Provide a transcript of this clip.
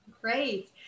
Great